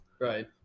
Right